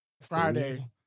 Friday